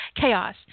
Chaos